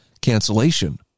cancellation